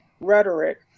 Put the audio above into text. rhetoric